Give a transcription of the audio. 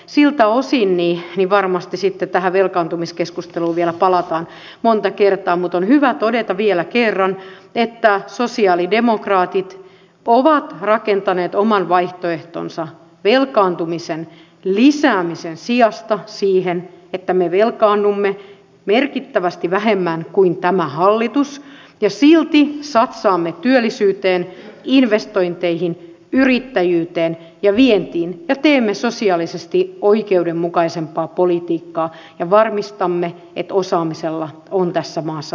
siltä osin varmasti sitten tähän velkaantumiskeskusteluun vielä palataan monta kertaa mutta on hyvä todeta vielä kerran että sosialidemokraatit ovat rakentaneet oman vaihtoehtonsa velkaantumisen lisäämisen sijasta siten että me velkaannumme merkittävästi vähemmän kuin tämä hallitus ja silti satsaamme työllisyyteen investointeihin yrittäjyyteen ja vientiin ja teemme sosiaalisesti oikeudenmukaisempaa politiikkaa ja varmistamme että osaamisella on tässä maassa tulevaisuutta